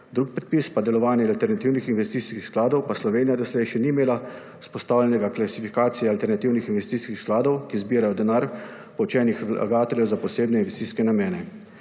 drug predpis pa delovanje alternativnih investicijskih skladov, pa Slovenija doslej še ni imela vzpostavljenega klasifikacije alternativnih investicijskih skladov, ki zbirajo denar, / nerazumljivo/ vlagateljev za posebne investicijske namene.